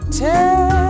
tell